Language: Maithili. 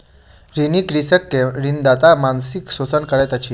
ऋणी कृषक के ऋणदाता मानसिक शोषण करैत अछि